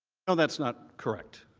ah that is not correct.